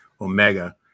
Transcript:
Omega